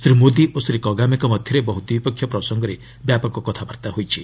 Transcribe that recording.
ଶ୍ରୀ ମୋଦି ଓ ଶ୍ରୀ କଗାମେଙ୍କ ମଧ୍ୟରେ ବହୁ ଦ୍ୱିପକ୍ଷୀୟ ପ୍ରସଙ୍ଗରେ ବ୍ୟାପକ କଥାବାର୍ତ୍ତା ହୋଇଛି